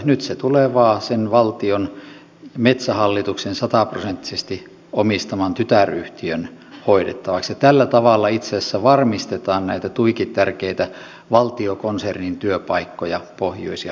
nyt se tulee vain sen valtion metsähallituksen sataprosenttisesti omistaman tytäryhtiön hoidettavaksi ja tällä tavalla itse asiassa varmistetaan näitä tuiki tärkeitä valtiokonsernin työpaikkoja pohjois ja itä suomessa